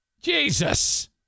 Jesus